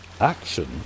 action